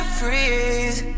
freeze